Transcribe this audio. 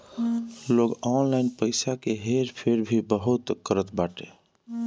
लोग ऑनलाइन पईसा के हेर फेर भी बहुत करत बाटे